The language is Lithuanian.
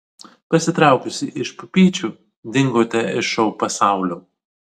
pasitraukusi iš pupyčių dingote iš šou pasaulio